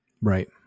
Right